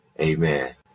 amen